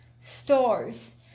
stores